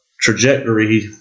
trajectory